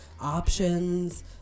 options